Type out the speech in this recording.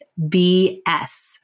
BS